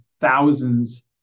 thousands